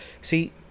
See